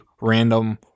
random